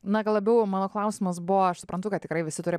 na gal labiau mano klausimas buvo aš suprantu kad tikrai visi turi